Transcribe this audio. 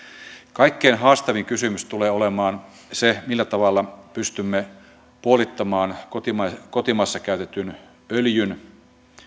kaikkein haastavin kysymys tulee olemaan se millä tavalla pystymme puolittamaan kotimaassa käytetyn öljyn